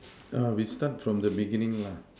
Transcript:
we start from the beginning